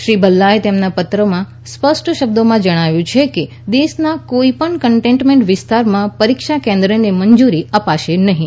શ્રી ભલ્લાએ તેમના પત્રમાં સ્પષ્ટ શબ્દોમાં જણાવ્યું છે કે દેશના કોઈપણ કન્ટેનમેન્ટ વિસ્તારોમાં પરીક્ષા કેન્દ્રને મંજુરી અપાશે નહીં